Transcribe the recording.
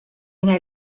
una